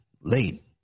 late